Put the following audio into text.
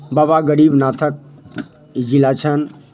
बाबा गरीबनाथक ई जिला छनि